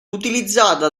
utilizzata